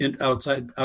outside